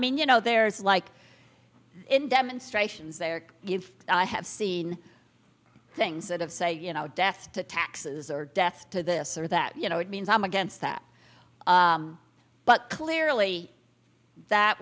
mean you know there's like in demonstrations there give i have seen things that have say you know death to taxes or death to this or that you know it means i'm against that but clearly that